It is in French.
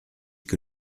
que